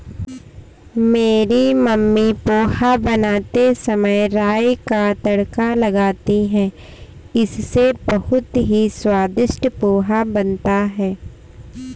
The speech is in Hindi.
मेरी मम्मी पोहा बनाते समय राई का तड़का लगाती हैं इससे बहुत ही स्वादिष्ट पोहा बनता है